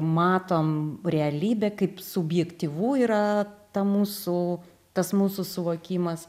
matom realybę kaip subjektyvu yra ta mūsų tas mūsų suvokimas